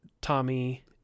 Tommy